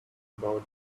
about